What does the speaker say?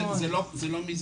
זה לא מזה.